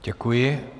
Děkuji.